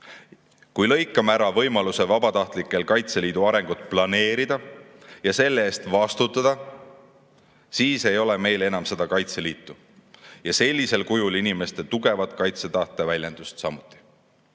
Kui lõikame ära vabatahtlike võimaluse Kaitseliidu arengut planeerida ja selle eest vastutada, siis ei ole meil enam seda Kaitseliitu ja sellisel kujul inimeste kaitsetahte tugevat väljendust samuti